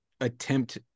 attempt